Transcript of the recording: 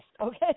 okay